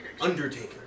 Undertaker